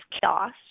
chaos